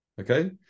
Okay